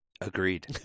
Agreed